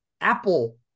Apple